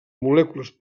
molècules